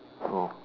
oh